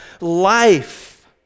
life